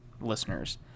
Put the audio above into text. listeners